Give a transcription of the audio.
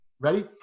Ready